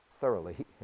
thoroughly